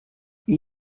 این